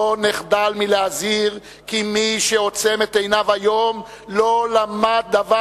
לא נחדל מלהזהיר כי מי שעוצם את עיניו היום לא למד דבר